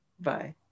Bye